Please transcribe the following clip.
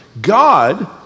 God